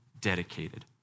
dedicated